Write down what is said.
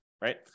right